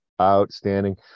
Outstanding